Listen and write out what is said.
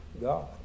God